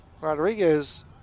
Rodriguez